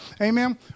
Amen